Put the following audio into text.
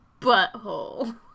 butthole